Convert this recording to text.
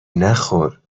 نخور